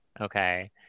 Okay